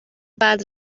بعد